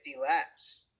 laps